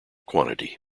quantity